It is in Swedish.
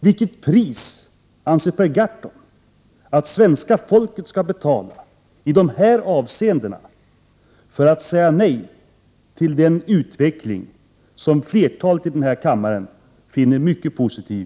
Vilket pris anser Per Gahrton att svenska folket skall betala i de här avseendena för att säga nej till den utveckling i Europa som flertalet i denna kammare finner mycket positiv?